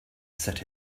set